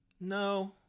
No